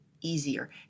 easier